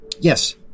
yes